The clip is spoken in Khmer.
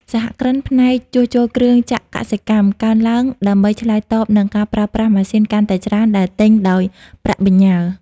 សហគ្រិនផ្នែក "ជួសជុលគ្រឿងចក្រកសិកម្ម" កើនឡើង ដើម្បីឆ្លើយតបនឹងការប្រើប្រាស់ម៉ាស៊ីនកាន់តែច្រើនដែលទិញដោយប្រាក់បញ្ញើ។